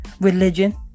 religion